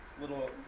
little